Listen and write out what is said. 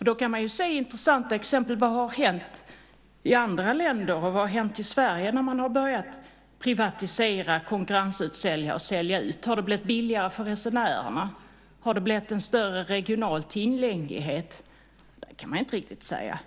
Då kan man se intressanta exempel på vad som har hänt i andra länder och i Sverige när man har börjat privatisera, konkurrensutsätta och sälja ut. Har det blivit billigare för resenärerna? Har det blivit en större regional tillgänglighet? Det kan man inte riktigt säga.